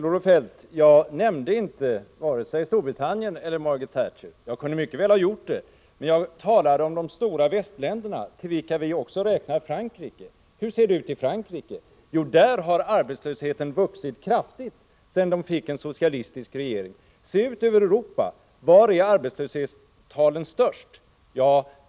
Fru talman! Jag nämnde varken Storbritannien eller Margaret Thatcher, Kjell-Olof Feldt, även om jag mycket väl kunde ha gjort det. Jag talade om de stora västländerna till vilka vi också räknar Frankrike. Hur ser det ut i Frankrike? Jo, där har arbetslösheten vuxit kraftigt sedan man fick en socialistisk regering. Var är arbetslöshetstalen störst ute i Europa?